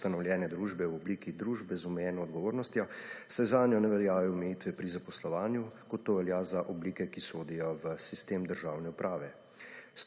ustanovljene družbe v obliki družbe z omejeno odgovornostjo, saj zanjo ne veljajo omejitve pri zaposlovanju, kot to velja za oblike, ki sodijo v sistem državne uprave.